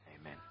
Amen